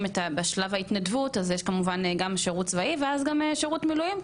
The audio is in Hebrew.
בשלב ההתנדבות אז יש כמובן גם שירות צבאי וגם שירות מילואים,